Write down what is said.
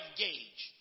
gauge